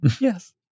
yes